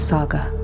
Saga